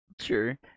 Sure